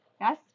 yes